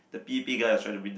the p_a_p guy was trying to win the